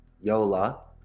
Yola